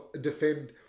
defend